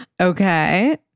okay